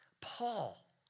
Paul